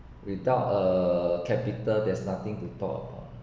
without a capital there's nothing to talk